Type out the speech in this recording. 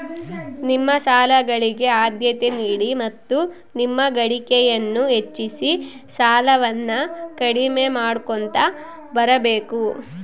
ನಿಮ್ಮ ಸಾಲಗಳಿಗೆ ಆದ್ಯತೆ ನೀಡಿ ಮತ್ತು ನಿಮ್ಮ ಗಳಿಕೆಯನ್ನು ಹೆಚ್ಚಿಸಿ ಸಾಲವನ್ನ ಕಡಿಮೆ ಮಾಡ್ಕೊಂತ ಬರಬೇಕು